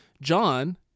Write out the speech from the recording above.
John